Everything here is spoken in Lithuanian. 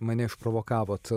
mane išprovokavot